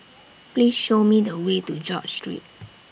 Please Show Me The Way to George Street